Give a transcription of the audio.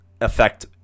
affect